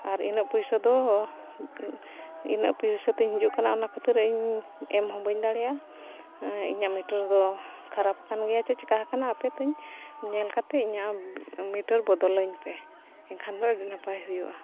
ᱟᱨ ᱤᱱᱟᱹᱜ ᱯᱩᱭᱥᱟᱹ ᱫᱚ ᱤᱱᱟᱹᱜ ᱯᱩᱭᱥᱟᱹ ᱛᱤᱧ ᱦᱤᱡᱩᱜ ᱠᱟᱱᱟ ᱚᱱᱟ ᱠᱷᱟᱹᱛᱤᱨ ᱤᱧ ᱮᱢ ᱦᱚᱸ ᱵᱟᱹᱧ ᱫᱟᱲᱮᱭᱟᱜᱼᱟ ᱤᱧᱟᱹᱜ ᱢᱤᱴᱟᱨ ᱫᱚ ᱠᱷᱟᱨᱟᱯ ᱟᱠᱟᱱ ᱜᱮᱭᱟ ᱪᱮᱫ ᱪᱮᱠᱟ ᱟᱠᱟᱱᱟ ᱟᱯᱮ ᱛᱤᱧ ᱧᱮᱞ ᱠᱟᱛᱮ ᱤᱧᱟᱹᱜ ᱢᱤᱴᱟᱨ ᱵᱚᱫᱚᱞᱟᱹᱧ ᱯᱮ ᱮᱱᱠᱷᱟᱱ ᱫᱚ ᱟᱹᱰᱤ ᱱᱟᱯᱟᱭ ᱦᱩᱭᱩᱜᱼᱟ